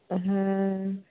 ᱦᱮᱸ